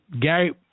Gary